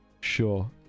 Sure